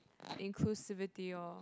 inclusivity orh